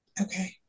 Okay